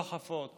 לא חפות